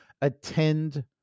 attend